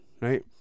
right